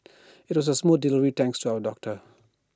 IT was A smooth delivery thanks to our doctor